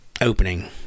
opening